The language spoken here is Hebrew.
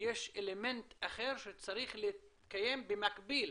יש אלמנט אחר שצריך לקיים במקביל,